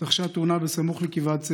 התרחשה תאונה בסמוך לגבעת זא,